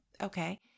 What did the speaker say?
Okay